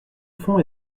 fond